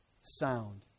sound